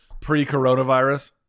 pre-coronavirus